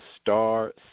star